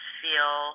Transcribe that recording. feel